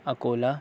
Akola